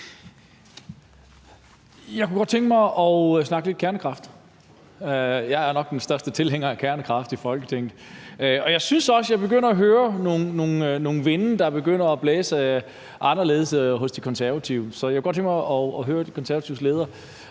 Jeg kunne godt tænke mig at snakke lidt kernekraft. Jeg er nok den største tilhænger af kernekraft i Folketinget, og jeg synes også, at jeg begynder at høre nogle vinde blæse anderledes hos De Konservative. Så jeg kunne godt tænke mig at høre De Konservatives leder